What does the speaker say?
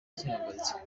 zihagaritswe